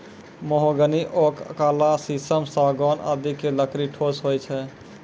mahogany, oak, काला शीशम, सागौन आदि के लकड़ी ठोस होय छै